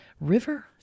River